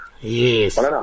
Yes